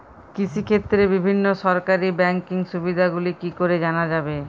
কৃষিক্ষেত্রে বিভিন্ন সরকারি ব্যকিং সুবিধাগুলি কি করে জানা যাবে?